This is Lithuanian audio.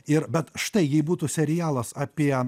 ir bet štai jei būtų serialas apie